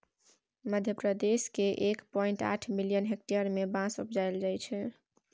मध्यप्रदेश केर एक पॉइंट आठ मिलियन हेक्टेयर मे बाँस उपजाएल जाइ छै